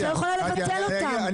את לא יכולה לבטל אותם.